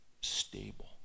stable